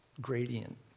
gradient